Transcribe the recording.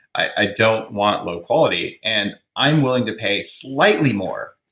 i don't want low quality, and i'm willing to pay slightly more.